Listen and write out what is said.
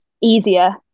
easier